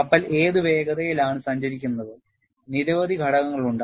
കപ്പൽ ഏത് വേഗതയിലാണ് സഞ്ചരിക്കുന്നത് നിരവധി ഘടകങ്ങളുണ്ട്